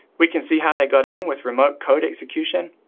we can see how they got in with remote code execution.